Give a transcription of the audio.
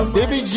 Baby